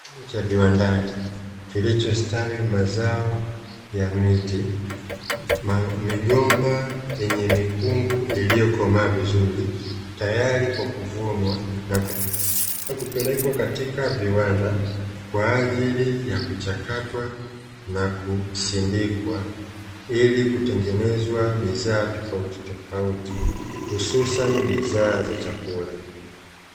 Kilimo cha viwandani kilichostawi mazao ya miti migomba yenye mikungu iliyokomaa vizuri tayari kwa kuvunwa na kupelekwa katika viwanda kwa ajili ya kuchakatwa na kusindikwa, ili kutengeneza bidhaa tofautitofauti hususani bidhaa za chakula.